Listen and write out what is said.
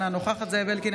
אינה נוכחת זאב אלקין,